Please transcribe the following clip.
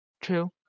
true